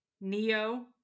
Neo